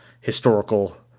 historical